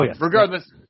regardless